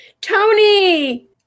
Tony